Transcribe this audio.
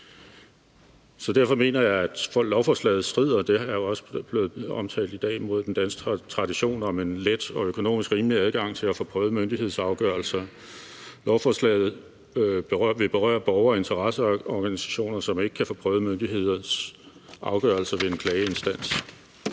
Derfor mener jeg, at lovforslaget strider – det er jo også blevet omtalt i dag – mod den danske tradition om en let og økonomisk rimelig adgang til at få prøvet myndighedsafgørelser. Lovforslaget vil berøre borgere og interesseorganisationer, som ikke kan få prøvet myndigheders afgørelser ved en klageinstans.